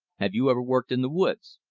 have you ever worked in the woods?